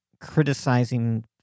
criticizing